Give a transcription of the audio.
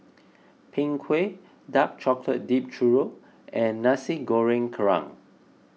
Png Kueh Dark Chocolate Dipped Churro and Nasi Goreng Kerang